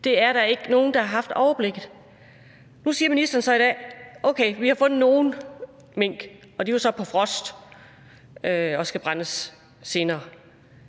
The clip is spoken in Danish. at der ikke er nogen, der har haft overblikket. Nu siger ministeren så i dag, at okay, vi har fundet nogle mink, og de er jo så på frost og skal brændes senere.